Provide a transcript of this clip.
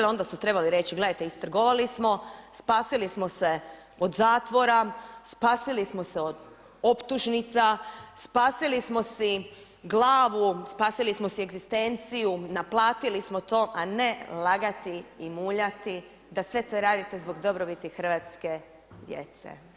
Onda su trebali reći gledajte, istrgovali smo, spasili smo se od zatvora, spasili smo se od optužnica, spasili smo si glavu, spasili smo si egzistenciju, naplatili smo to, a ne lagati i muljati da sve to radite zbog dobrobiti hrvatske djece.